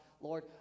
lord